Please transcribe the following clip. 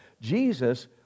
Jesus